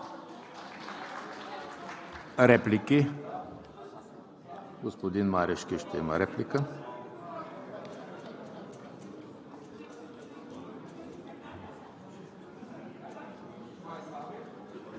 Реплики? Господин Марешки ще има реплика.